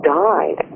died